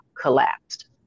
collapsed